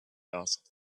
asked